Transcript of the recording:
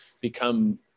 become